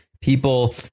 people